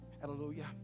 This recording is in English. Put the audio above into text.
Hallelujah